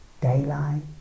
daylight